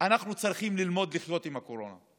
אנחנו צריכים ללמוד לחיות עם הקורונה,